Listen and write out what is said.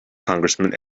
congressman